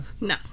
No